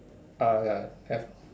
uh ya have